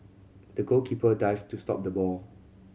the goalkeeper dived to stop the ball